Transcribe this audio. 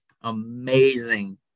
amazing